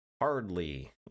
hardly